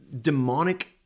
demonic